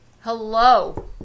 Hello